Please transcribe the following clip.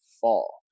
fall